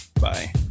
Bye